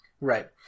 Right